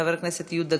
חבר הכנסת יהודה גליק,